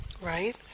right